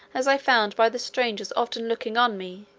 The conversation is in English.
as i found by the stranger's often looking on me,